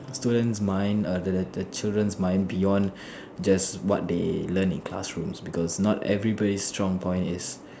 student's mind err the the the children's mind beyond just what they learn in classrooms because not everybody's strong point is